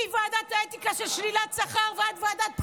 מוועדת האתיקה של שלילת שכר ועד ועדת בחירות.